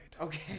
Okay